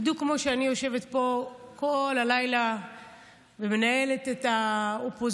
בדיוק כמו שאני יושבת פה כל הלילה ומנהלת את האופוזיציה,